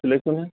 চিলেকশ্য়নহে